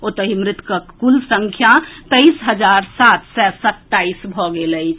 ओतहि मृतकक कुल संख्या तेईस हजार सात सय सत्ताईस भऽ गेल अछि